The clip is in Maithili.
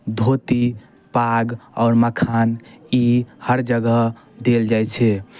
धोती पाग आओर मखान ई हर जगह देल जाइ छै